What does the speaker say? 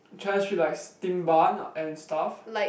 Chinese street like steamed bun and stuff